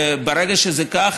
וברגע שזה כך,